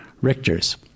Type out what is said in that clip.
Richter's